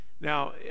Now